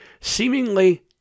seemingly